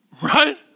right